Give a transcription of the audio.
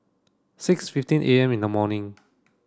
six fifteen am in the morning